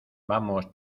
vamos